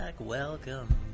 Welcome